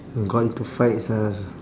got into fights ah